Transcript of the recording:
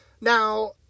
Now